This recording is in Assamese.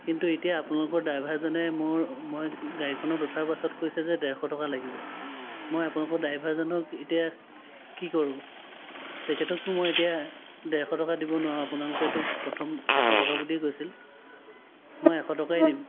কিন্তু এতিয়া আপোনালোকৰ ডাইভাৰজনে মোৰ মই গাড়ীখনত উঠাৰ পাছত কৈছে যে ডেৰশ টকা লাগিব মই আপোনালোকৰ ডাইভাৰজনক এতিয়া কি কৰোঁ তেখেতকতো মই এতিয়া ডেৰশ টকা দিব নোৱাৰোঁ আপোনালোকেতো প্ৰথম এশ টকা বুলি কৈছিল মই এশ টকাই দিম